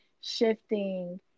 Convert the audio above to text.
shifting